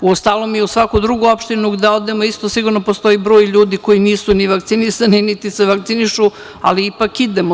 Uostalom i u svako drugu opštinu da odemo isto sigurno postoji broj ljudi koji nisu ni vakcinisani, niti se vakcinišu, ali ipak idemo.